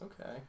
Okay